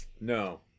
No